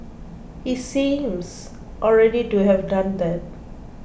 he seems already to have done that